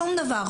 שום דבר.